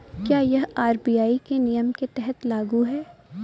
क्या यह आर.बी.आई के नियम के तहत लागू है?